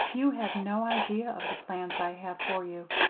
you have no idea of the plans i have for you.